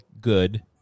good